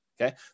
Okay